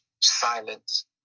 silence